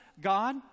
God